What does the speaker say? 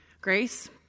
Grace